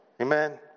Amen